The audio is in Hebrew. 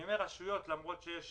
אני אומר "רשויות" למרות שיש